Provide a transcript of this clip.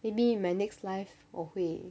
maybe in my next life 我会